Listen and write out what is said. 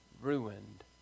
ruined